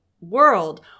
world